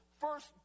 first